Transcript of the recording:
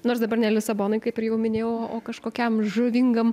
nors dabar ne lisabonoj kaip ir jau minėjau o kažkokiam žuvingam